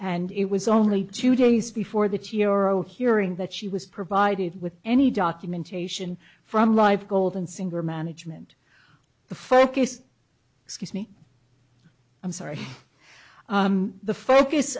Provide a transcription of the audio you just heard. and it was only two days before the hearing that she was provided with any documentation from live gold and singer management the focus excuse me i'm sorry the focus